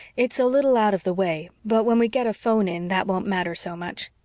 it's a little out of the way, but when we get a phone in that won't matter so much.